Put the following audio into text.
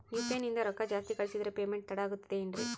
UPI ನಿಂದ ರೊಕ್ಕ ಜಾಸ್ತಿ ಕಳಿಸಿದರೆ ಪೇಮೆಂಟ್ ತಡ ಆಗುತ್ತದೆ ಎನ್ರಿ?